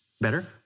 better